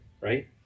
right